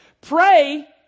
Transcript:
Pray